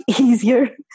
easier